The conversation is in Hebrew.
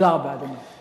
תודה רבה, אדוני.